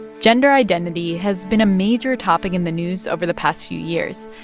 gender identity has been a major topic in the news over the past few years,